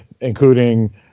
including